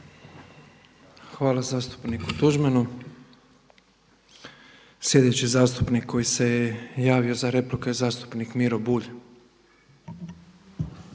Hvala zastupniku Tuđmanu. Sljedeći zastupnik koji se je javio za repliku je zastupnik Miro Bulj.